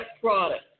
product